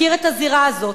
נפקיר את הזירה הזאת,